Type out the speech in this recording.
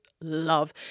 love